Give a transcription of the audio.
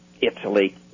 Italy